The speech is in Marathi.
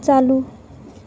चालू